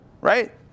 right